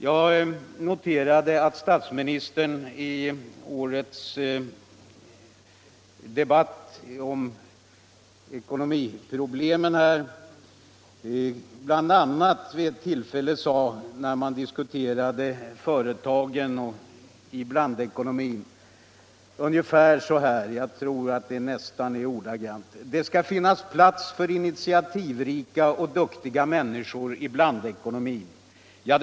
Jag noterade att statsministern i årets allmänekonomiska debatt vid ett tillfälle när man diskuterade företagen i blandekonomin sade ungefär så här — jag tror att det nästan är ordagrant: Det skall finnas plats för initiativrika och duktiga människor i blandekonomin. Ja.